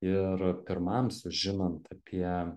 ir pirmam sužinant apie